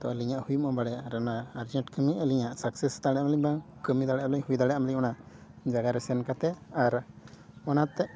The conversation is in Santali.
ᱛᱚ ᱟᱹᱞᱤᱧᱟᱜ ᱦᱩᱭᱩᱜ ᱢᱟ ᱵᱟᱲᱮ ᱟᱨ ᱚᱱᱟ ᱟᱨᱡᱮᱱᱴ ᱠᱟᱹᱢᱤ ᱟᱹᱞᱤᱧᱟᱜ ᱥᱟᱠᱥᱮᱥ ᱫᱟᱲᱮᱭᱟᱜ ᱛᱟᱹᱞᱤᱧ ᱵᱟᱝ ᱠᱟᱹᱢᱤ ᱫᱟᱲᱮᱜ ᱢᱟᱹᱞᱤᱧ ᱦᱩᱭ ᱫᱟᱲᱮᱜ ᱢᱟᱹᱞᱤᱧ ᱚᱱᱟ ᱡᱟᱭᱜᱟ ᱨᱮ ᱥᱮᱱ ᱠᱟᱛᱮᱫ ᱟᱨ ᱚᱱᱟᱛᱮ